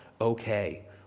okay